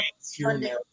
Sunday